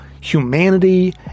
humanity